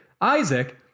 Isaac